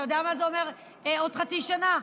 אתה יודע מה זה אומר עוד חצי שנה?